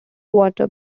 water